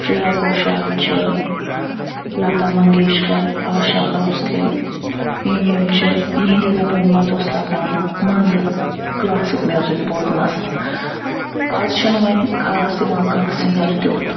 شریٚیا گوشال چھِ لَتا مَنگیشکر آشا بھونٛسلے یِم یِم چھِ یِہٕنٛدِ زَبٲنۍ مَنٛز اوس لاگان مَزٕ کلاسک میوزِک بوزنَس آز چھُ نہٕ ووںۍ خاص یِوان کانٛہہ سِنگر تیُتھ